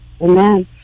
Amen